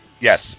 Yes